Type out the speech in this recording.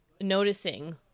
noticing